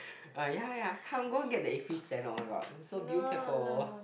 uh ya ya ya get the oh-my-god so beautiful